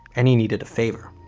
and he needed a favor.